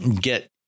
get